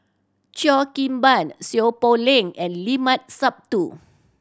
Cheo Kim Ban Seow Poh Leng and Limat Sabtu